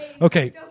Okay